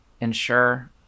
ensure